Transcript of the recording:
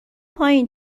پایین